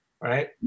right